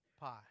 pie